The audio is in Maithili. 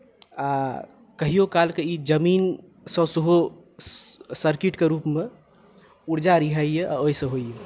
आ कहियो कालके ई जमीनसँ सेहो सर्किटके रूपमे ऊर्जा रिहाइएआ ओहिसँ होइये